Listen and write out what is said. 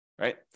right